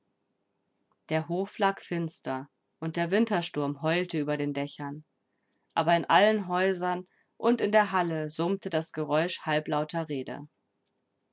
der hof lag finster und der wintersturm heulte über den dächern aber in allen häusern und in der halle summte das geräusch halblauter rede